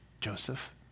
Joseph